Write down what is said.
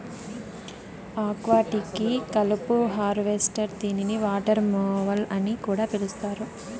aquatic కలుపు harvester దీనిని water mower అని కూడా పిలుస్తారు